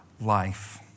life